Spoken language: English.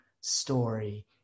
story